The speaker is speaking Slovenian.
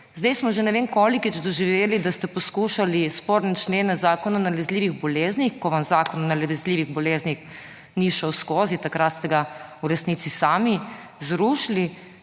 zdaj smo že ne vem kolikič doživeli, da se poskušali sporne člene Zakona o nalezljivih boleznih, ko vam Zakon o nalezljivih boleznih ni šel skozi, takrat ste ga sami v resnici zrušili,